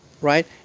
right